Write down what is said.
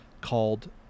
Called